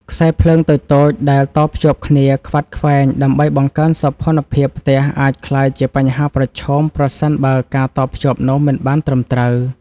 ខ្សែភ្លើងតូចៗដែលតភ្ជាប់គ្នាខ្វាត់ខ្វែងដើម្បីបង្កើនសោភ័ណភាពផ្ទះអាចក្លាយជាបញ្ហាប្រឈមប្រសិនបើការតភ្ជាប់នោះមិនបានត្រឹមត្រូវ។